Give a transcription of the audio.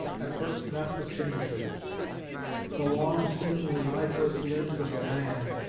at first not distinguishable the long, seemingly lifeless, limbs of a man,